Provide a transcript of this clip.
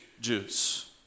Jews